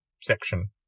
section